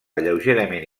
lleugerament